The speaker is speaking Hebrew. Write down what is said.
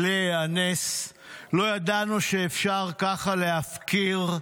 להיאנס, לא ידענו שאפשר ככה להפקיר,